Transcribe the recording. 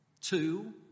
two